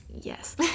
Yes